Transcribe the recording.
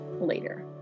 later